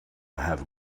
have